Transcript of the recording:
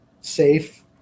safe